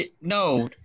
No